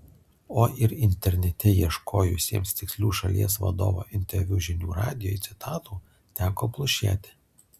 o ir internete ieškojusiems tikslių šalies vadovo interviu žinių radijui citatų teko plušėti